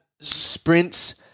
sprints